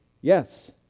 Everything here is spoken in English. Yes